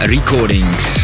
Recordings